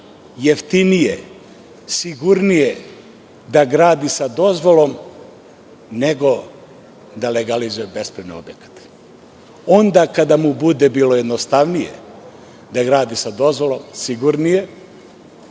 jeftinije, sigurnije da gradi sa dozvolom nego da legalizuje bespravan objekat. Onda kada mu bude bilo jednostavnije da gradi sa dozvolom, sigurnije,